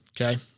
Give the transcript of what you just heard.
Okay